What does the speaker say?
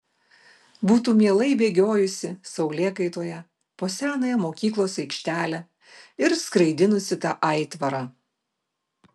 būtų mielai bėgiojusi saulėkaitoje po senąją mokyklos aikštelę ir skraidinusi tą aitvarą